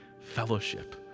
fellowship